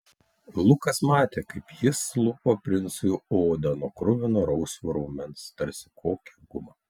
lukas matė kaip jis lupo princui odą nuo kruvino rausvo raumens tarsi kokią gumą